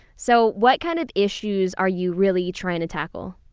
so what kind of issues are you really trying to tackle?